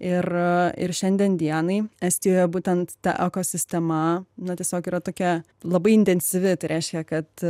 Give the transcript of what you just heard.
ir ir šiandien dienai estijoje būtent ta ekosistema na tiesiog yra tokia labai intensyvi tai reiškia kad